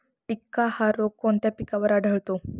टिक्का हा रोग कोणत्या पिकावर आढळतो?